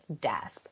death